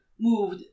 moved